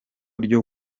ryo